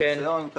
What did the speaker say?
ניסיון,